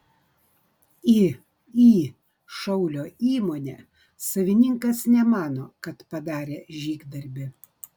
iį šaulio įmonė savininkas nemano kad padarė žygdarbį